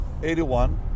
81